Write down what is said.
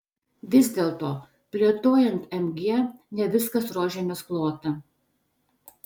vis dėlto plėtojant mg ne viskas rožėmis klota